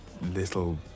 little